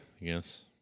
yes